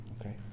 Okay